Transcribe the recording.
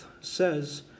says